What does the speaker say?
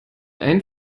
ein